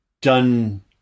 done